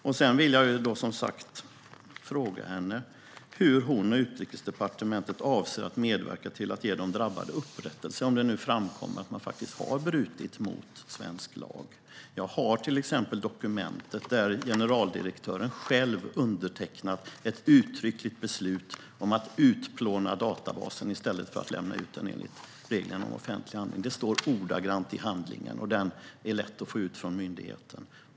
Jag vill också fråga henne hur hon och Utrikesdepartementet avser att medverka till att ge de drabbade upprättelse, om det nu framkommer att man har brutit mot svensk lag. Jag har till exempel dokumentet där generaldirektören själv undertecknat ett uttryckligt beslut om att utplåna databasen i stället för att lämna ut den enligt reglerna om offentlig handling. Det står ordagrant i handlingen, och denna är lätt att få ut från myndigheten.